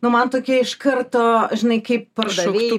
nu man tokie iš karto žinai kaip pardavėjui